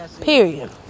Period